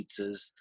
pizzas